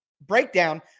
breakdown